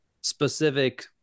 specific